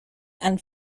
and